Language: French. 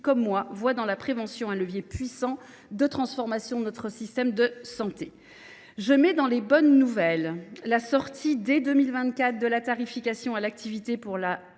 comme moi, voient dans la prévention un levier puissant de transformation de notre système de santé. Je classe parmi les bonnes nouvelles la sortie, dès 2024, de la tarification à l’activité pour la